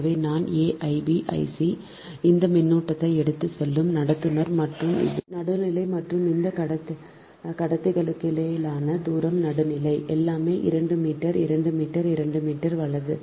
எனவே நான் a I b I c இந்த மின்னோட்டத்தை எடுத்துச் செல்லும் நடத்துனர் மற்றும் இது நடுநிலை மற்றும் இந்த கடத்திகளுக்கிடையேயான தூரம் நடுநிலை எல்லாமே 2 மீட்டர் 2 மீட்டர் 2 மீட்டர் வலது